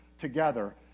together